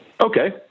Okay